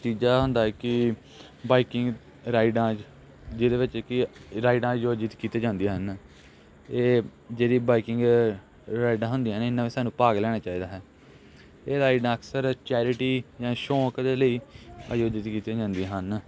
ਤੀਜਾ ਹੁੰਦਾ ਹੈ ਕਿ ਬਾਈਕਿੰਗ ਰਾਈਡਾਂ 'ਚ ਜਿਹਦੇ ਵਿੱਚ ਕਿ ਰਾਈਡਾਂ ਆਯੋਜਿਤ ਕੀਤੀਆਂ ਜਾਂਦੀਆਂ ਹਨ ਇਹ ਜਿਹੜੀ ਬਾਈਕਿੰਗ ਰਾਈਡਾਂ ਹੁੰਦੀਆਂ ਨੇ ਇਹਨਾਂ ਵਿੱਚ ਸਾਨੂੰ ਭਾਗ ਲੈਣਾ ਚਾਹੀਦਾ ਹੈ ਇਹ ਰਾਈਡਾਂ ਅਕਸਰ ਚੈਰਿਟੀ ਜਾਂ ਸ਼ੌਕ ਦੇ ਲਈ ਆਯੋਜਿਤ ਕੀਤੀਆ ਜਾਂਦੀਆ ਹਨ